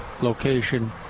location